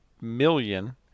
million